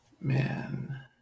man